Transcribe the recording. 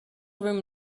room